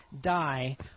die